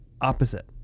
opposite